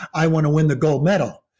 i want to win the gold medal.